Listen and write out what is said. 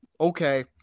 Okay